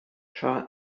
tra